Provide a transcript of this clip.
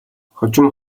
хожим